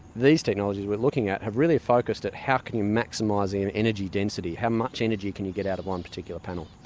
these technologies we're looking at have really focused at how can you maximise the and energy density, how much energy can you get out of one particular panel?